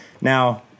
Now